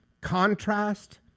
contrast